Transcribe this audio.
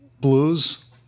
blues